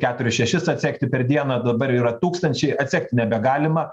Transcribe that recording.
keturis šešis atsekti per dieną dabar yra tūkstančiai atsekti nebegalima